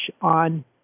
on